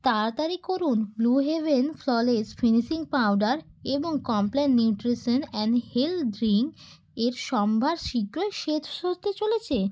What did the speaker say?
তাড়াতাড়ি করুন blue heaven flawless finishing powder এবং Complan nutrition and health drink এর সম্ভার শীঘ্রই শেষ হতে চলেছে